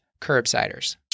curbsiders